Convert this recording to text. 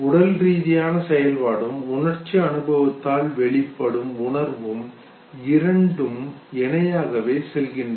உடல்ரீதியான செயல்பாடும் உணர்ச்சி அனுபவத்தால் வெளிப்படும் உணர்வும் இரண்டும் இணையாகவே செல்கின்றன